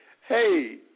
hey